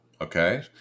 Okay